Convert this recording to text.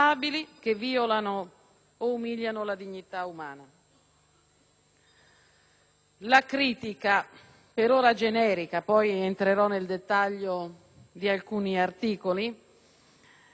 La critica - per ora generica, poi entrerò nel dettaglio di alcuni articoli - è all'atteggiamento, purtroppo già visto,